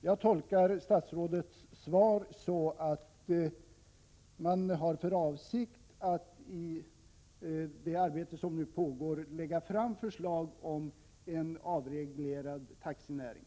Jag tolkar statsrådets svar så att man inom departementet har för avsikt att i det arbete som nu pågår lägga fram förslag om en avreglerad taxinäring.